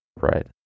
Right